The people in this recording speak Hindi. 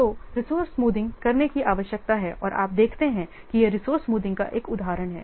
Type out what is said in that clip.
तो इसीलिए रिसोर्स स्मूथिंग करने की आवश्यकता है और आप देखते हैं कि यह रिसोर्स स्मूथिंग का एक उदाहरण है